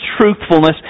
truthfulness